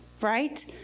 right